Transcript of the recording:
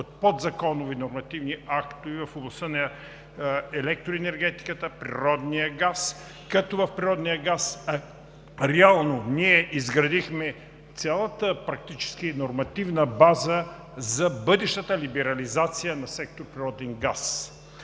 подзаконови нормативни актове в областта на електроенергетиката, природния газ, като в природния газ реално ние изградихме цялата практическа и нормативна база за бъдещата либерализация в сектор „Природен газ“.